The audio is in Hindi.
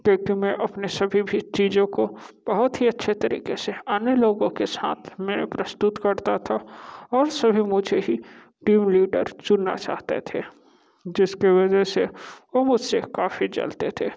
देखके मैं अपने सभी भी चीज़ों को बहुत ही अच्छे तरीके से अन्य लोगों के साथ मैं प्रस्तुत करता था और सभी मुझे ही टीम लीडर चुनना चाहते थे जिसके वजह से वो मुझसे काफ़ी जलते थे